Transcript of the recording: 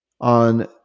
on